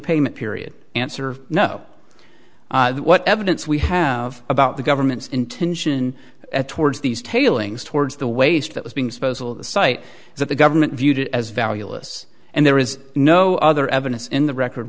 payment period answer no what evidence we have about the government's intention towards these tailings towards the waste that was being supposal the site that the government viewed as valueless and there is no other evidence in the record